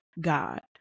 God